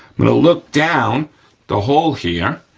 i'm gonna look down the hole here,